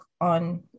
on